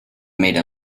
made